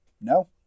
no